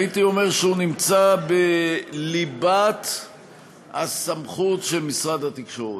הייתי אומר שהוא נמצא בליבת הסמכות של משרד התקשורת.